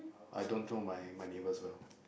I don't know my neighbours well